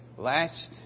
last